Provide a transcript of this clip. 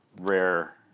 rare